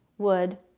would,